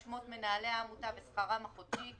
שמות מנהלי העמותה ושכרם החודשי,